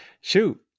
shoot